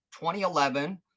2011